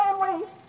family